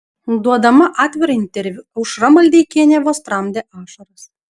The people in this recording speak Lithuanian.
duodama atvirą interviu aušra maldeikienė vos tramdė ašaras